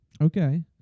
okay